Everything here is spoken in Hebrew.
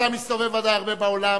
אתה מסתובב ודאי הרבה בעולם,